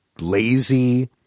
lazy